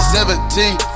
Seventeen